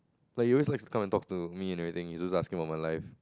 but he always likes to come and talk to me and everything he's always asking about my life